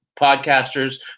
podcasters